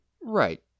Right